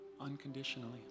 unconditionally